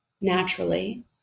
Naturally